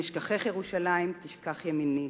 אם אשכחך ירושלים תשכח ימיני,